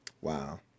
Wow